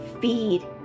feed